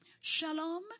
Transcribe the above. shalom